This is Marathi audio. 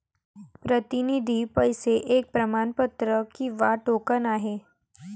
प्रतिनिधी पैसे एक प्रमाणपत्र किंवा टोकन आहे